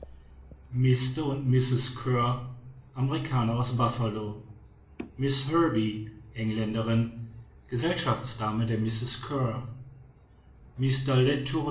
mr und mrs kear amerikaner aus buffalo miß herbey engländerin gesellschaftsdame der mrs kear